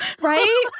Right